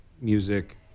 music